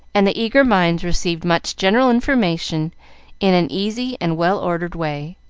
and the eager minds received much general information in an easy and well-ordered way.